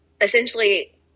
essentially